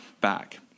back